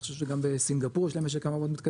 אני חושב שגם בסינגפור יש להם משק מים מאוד מתקדם,